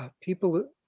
people